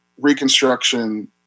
Reconstruction